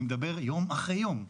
יום אחרי יום,